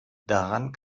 daran